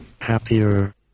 happier